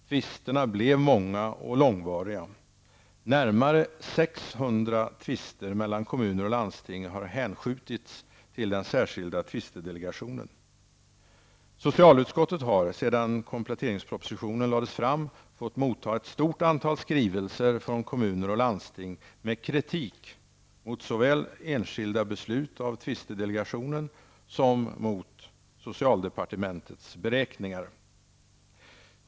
Tvisterna blev många och långvariga. Närmare 600 tvister mellan kommuner och landsting har hänskjutits till den särskilda tvistedelegationen. Socialutskottet har, sedan kompletteringspropositionen lades fram, fått motta ett stort antal skrivelser från kommuner och landsting med kritik såväl mot enskilda beslut av tvistedelegationen som mot socialdepartementets beräkningar.